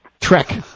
Trek